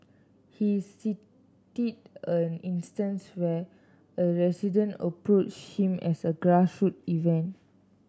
he a instance where a resident approach him at a event